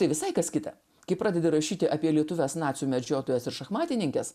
tai visai kas kita kai pradedi rašyti apie lietuves nacių medžiotojas ir šachmatininkės